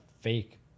fake